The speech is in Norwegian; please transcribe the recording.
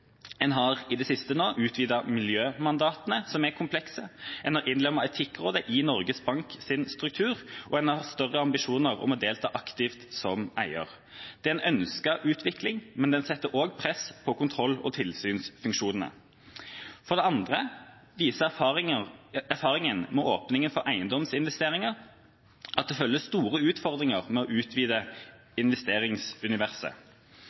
en har i det siste nå utvidet miljømandatene, som er komplekse, en har innlemmet Etikkrådet i Norges Bank sin struktur, og en har større ambisjoner om å delta aktivt som eier. Det er en ønsket utvikling, men den setter også press på kontroll- og tilsynsfunksjonene. For det andre viser erfaringa med å åpne for eiendomsinvesteringer at det følger store utfordringer med å utvide investeringsuniverset.